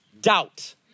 Doubt